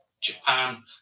Japan